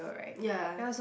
ya